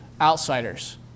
outsiders